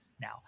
Now